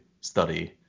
study